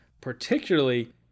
particularly